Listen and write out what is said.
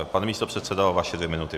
Pane místopředsedo, vaše dvě minuty.